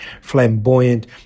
flamboyant